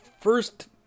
first